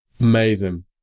Amazing